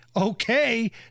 okay